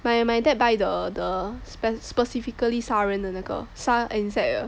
my my dad buy the the spe~ specifically 杀人的那个杀 insect